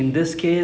mm